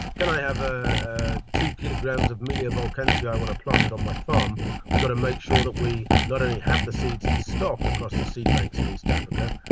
can i have ah ah two kilograms of melia volkensii, i want to plant it on my farm we've got to make sure that we not only have the seeds in stock across the seed banks in east africa,